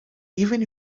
even